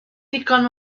digon